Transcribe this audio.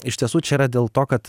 iš tiesų čia yra dėl to kad